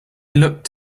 looked